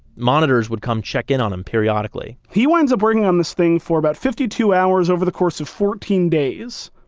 monitors would come check in on him periodically he winds up working on this thing for about fifty two hours over the course of fourteen days,